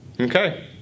Okay